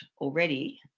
already